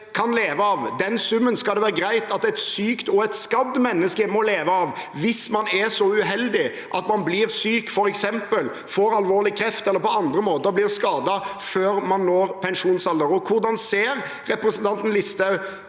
kan leve av, skal det være greit at et sykt og et skadd menneske må leve av, hvis man er så uheldig at man blir syk, f.eks. får alvorlig kreft eller på andre måter blir skadet før man når pensjonsalder? Hvordan ser representanten Listhaug